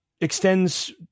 extends